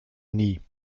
nie